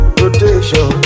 rotation